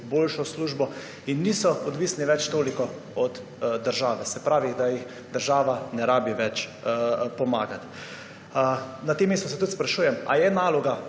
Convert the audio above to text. boljšo službo in niso več toliko odvisni od države, se pravi, da jim država ne rabi več pomagati. Na tem mestu se tudi sprašujem, ali je naloga